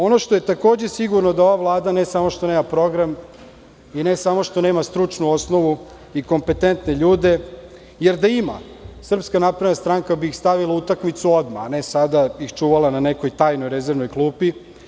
Ono što je takođe sigurno, da ova Vlada nema program, i ne samo što nema stručnu osnovu i kompetentne ljude, jer da ima SNS bi ih stavila u utakmicu odmah, a ne sada ih čuvala na nekoj tajnoj rezervnoj klupi.